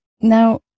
Now